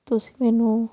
ਤੁਸੀਂ ਮੈਨੂੰ